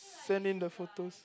send in the photos